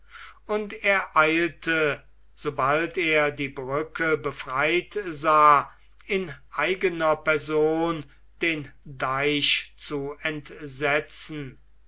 und er eilte sobald er die brücke befreit sah in eigener person den deich zu entsetzen